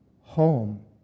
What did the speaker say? home